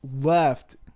left